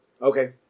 Okay